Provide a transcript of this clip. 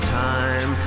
time